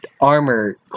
armor